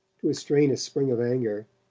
to restrain a spring of anger,